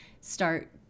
start